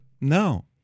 no